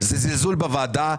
זה זלזול בוועדה,